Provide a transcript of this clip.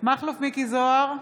מכלוף מיקי זוהר,